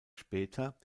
später